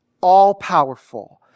all-powerful